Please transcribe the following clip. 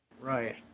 Right